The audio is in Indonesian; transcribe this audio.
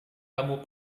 kamu